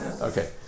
Okay